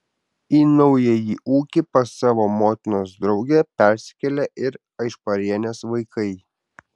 į naująjį ūkį pas savo motinos draugę persikėlė ir aišparienės vaikai